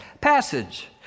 passage